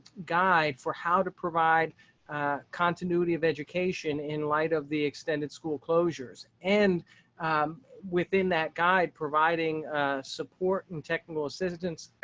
guide for how to provide continuity of education in light of the extended school closures and within that guide providing support and technical assistance.